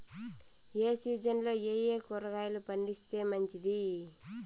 ఏ సీజన్లలో ఏయే కూరగాయలు పండిస్తే మంచిది